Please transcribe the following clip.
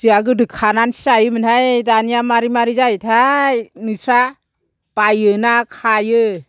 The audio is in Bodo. जोंहा गोदो खानानैसो जायोमोनहाय दानिया मारै मारै जायोथाय नोंसोरहा बायो ना खायो